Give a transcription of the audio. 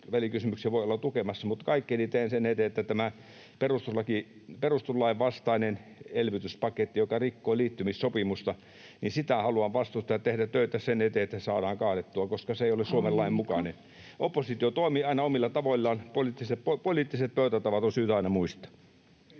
välikysymyksiä voi olla tukemassa, mutta tätä perustuslain vastaista elvytyspakettia, joka rikkoi liittymissopimusta, haluan vastustaa ja tehdä töitä, kaikkeni, sen eteen, että se saadaan kaadettua, koska se ei ole [Puhemies: Aika!] Suomen lain mukainen. Oppositio toimii aina omilla tavoillaan. Poliittiset pöytätavat on syytä aina muistaa.